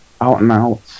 out-and-out